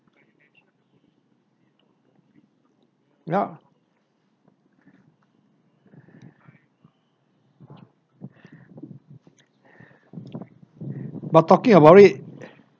yup but talking about it